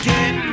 Get